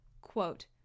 Quote